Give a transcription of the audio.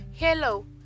Hello